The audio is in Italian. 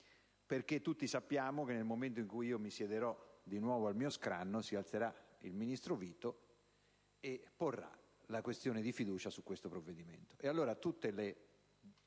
perché tutti sappiamo che, nel momento in cui mi siederò di nuovo al mio scranno, si alzerà il ministro Vito e porrà la questione di fiducia sul provvedimento.